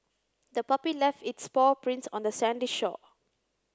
the puppy left its paw prints on the sandy shore